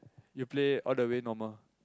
you play all the way normal